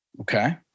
Okay